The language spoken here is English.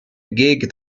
gig